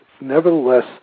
Nevertheless